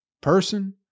person